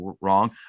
wrong